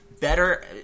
better